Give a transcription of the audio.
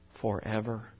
forever